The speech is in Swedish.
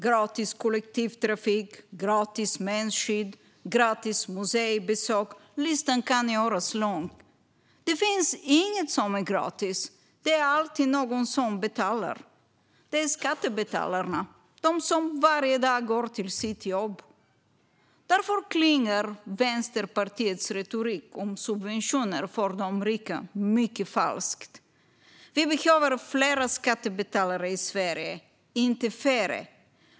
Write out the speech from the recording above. Gratis kollektivtrafik, gratis mensskydd, gratis museibesök - listan kan göras lång. Det finns inget som är gratis. Det är alltid någon som betalar. Det är skattebetalarna - de som varje dag går till sitt jobb. Därför klingar Vänsterpartiets retorik om subventioner för de rika mycket falskt. Vi behöver fler skattebetalare i Sverige, inte färre.